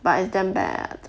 but it's damn bad